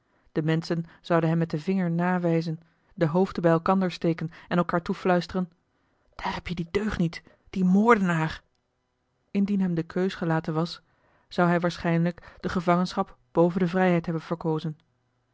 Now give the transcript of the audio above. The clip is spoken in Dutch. de menschen zouden hem met den vinger nawijzen de hoofden bij elkander steken en elkaar toefluisteren daar heb je dien deugniet dien moordenaar indien hem de keus gelaten was zou hij waarschijnlijk de gevangenschap boven de vrijheid hebben verkozen